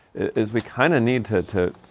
is we kind of need to, to,